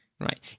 Right